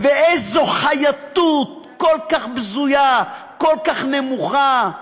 ואיזו חייטות, כל כך בזויה, כל כך נמוכה,